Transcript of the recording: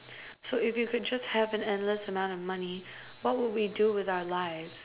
so if you could just have an endless amount of money what would we do with our life